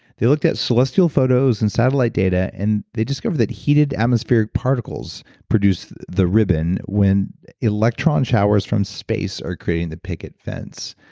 they looked at celestial and satellite data and they discovered that heated atmospheric particles produce the ribbon when electron showers from space are creating the picket fence.